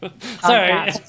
Sorry